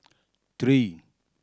three